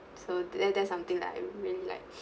so tha~ that's something that I really like